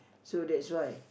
so that's why